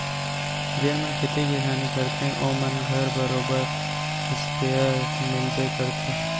जेन मन खेती किसानी करथे ओ मन घर बरोबर इस्पेयर मिलबे करथे